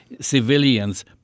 civilians